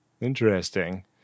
Interesting